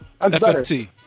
FFT